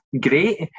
great